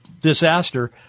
disaster